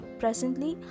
presently